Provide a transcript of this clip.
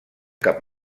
cap